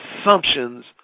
assumptions